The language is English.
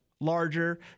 larger